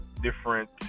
different